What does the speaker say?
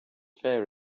fair